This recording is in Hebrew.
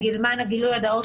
למען הגילוי הנאות,